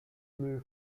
flew